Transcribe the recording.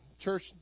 church